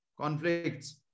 conflicts